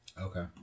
Okay